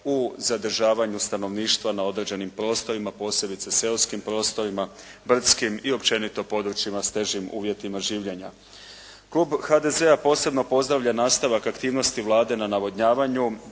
u zadržavanju stanovništva na određenim prostorima, posebice seoskim prostorima, brdskim i općenito područjima s težim uvjetima življenja. Klub HDZ-a posebno pozdravlja nastavak aktivnosti Vlade na navodnjavanju.